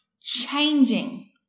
changing